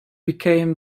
became